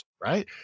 right